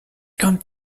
kommt